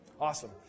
Awesome